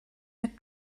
had